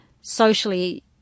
socially